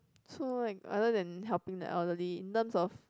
so like other than helping the elderly in terms of